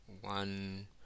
one